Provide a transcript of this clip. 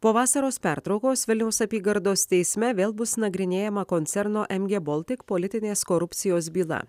po vasaros pertraukos vilniaus apygardos teisme vėl bus nagrinėjama koncerno mg baltic politinės korupcijos byla